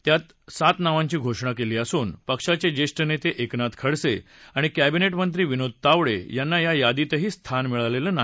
त्यात सात नावांची घोषणा केली असून पक्षाचे ज्येष्ठ नेते एकनाथ खडसे आणि केविनेट मंत्री विनोद तावडे यांना या यादीतही स्थान मिळालं नाही